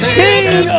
king